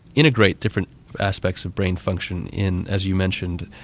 integrate different aspects of brain function in, as you mentioned,